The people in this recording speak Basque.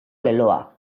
leloa